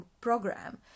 program